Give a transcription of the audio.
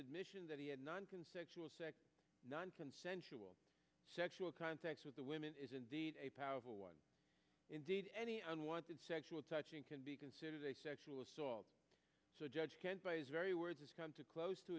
admission that he had nonconsensual sex nonconsensual sexual contact with the women is indeed a powerful one indeed any unwanted sexual touching can be considered a sexual assault so judge kent by his very words has come to close to